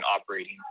operating